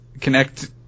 connect